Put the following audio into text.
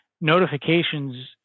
notifications